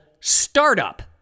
startup